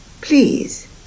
Please